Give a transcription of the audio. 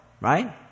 right